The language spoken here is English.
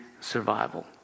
survival